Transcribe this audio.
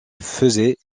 faisaient